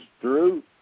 Drew